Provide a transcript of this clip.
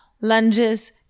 lunges